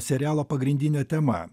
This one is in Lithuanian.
serialo pagrindine tema